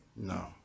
No